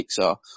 Pixar